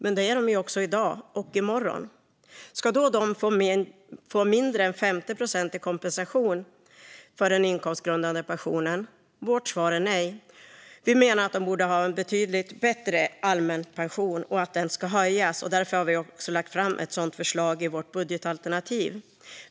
Men det är de även i dag och i morgon. Ska dessa alltså få mindre än 50 procent i kompensation i den inkomstgrundade pensionen? Vårt svar är nej. Vi menar att de borde ha en betydligt bättre allmän pension och att den ska höjas. Därför har vi också lagt fram ett sådant förslag i vårt budgetalternativ.